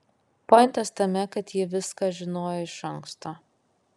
pointas tame kad ji viską žinojo iš anksto